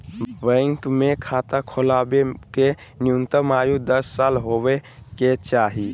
bank मे खाता खोलबावे के न्यूनतम आयु दस साल होबे के चाही